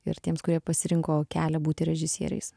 ir tiems kurie pasirinko kelią būti režisieriais